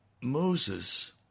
Moses